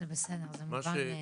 זה בסדר, זה מובן.